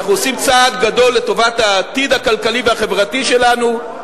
אנחנו עושים צעד גדול לטובת העתיד הכלכלי והחברתי שלנו,